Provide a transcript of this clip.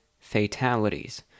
fatalities